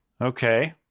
Okay